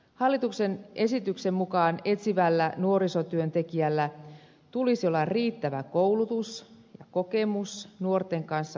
hallituksen esityksen mukaan etsivällä nuorisotyöntekijällä tulisi olla riittävä koulutus ja kokemus nuorten kanssa tehtävästä työstä